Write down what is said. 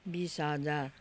बिस हजार